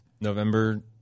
November